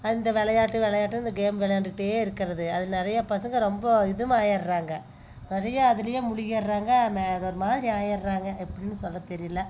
அந்த விளையாட்டு விளையாட்டு இந்த கேம் விளையாண்டுட்டே இருக்கிறது அதில் நிறையா பசங்க ரொம்ப இது ஆகிறாங்க நிறையா அதுலேயே முழ்கிறாங்க மே க ஒரு மாதிரி ஆகிர்றாங்க எப்படின்னு சொல்ல தெரியல